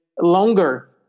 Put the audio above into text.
longer